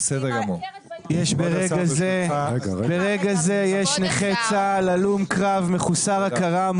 ברגע זה יש נכה צה"ל הלום-קרב מחוסר הכרה,